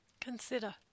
Consider